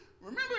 Remember